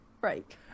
break